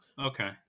Okay